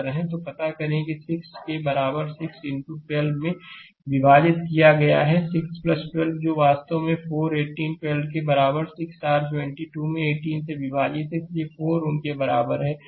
तो पता करें कि 6 के बराबर 6 इनटू 12 में विभाजित किया गया है 6 12 जो वास्तव में 4 18 12 के बराबर 6 r 72 में 18 से विभाजित है इसलिए 4 Ω के बराबर है